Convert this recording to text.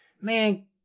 Man